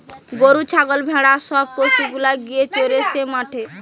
গরু ছাগল ভেড়া সব পশু গুলা গিয়ে চরে যে মাঠে